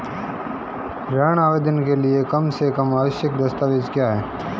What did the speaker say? ऋण आवेदन के लिए कम से कम आवश्यक दस्तावेज़ क्या हैं?